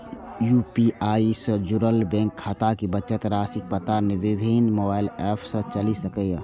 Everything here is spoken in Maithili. यू.पी.आई सं जुड़ल बैंक खाताक बचत राशिक पता विभिन्न मोबाइल एप सं चलि सकैए